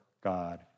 God